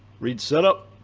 read setup,